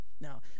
Now